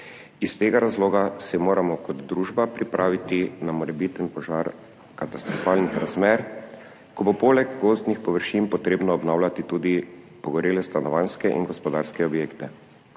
Iz tega razloga se moramo kot družba pripraviti na morebiten požar katastrofalnih razmer, ko bo poleg gozdnih površin potrebno obnavljati tudi pogorele stanovanjske in gospodarske objekte.